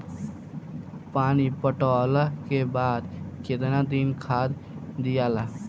पानी पटवला के बाद केतना दिन खाद दियाला?